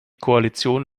koalition